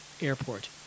airport